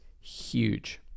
huge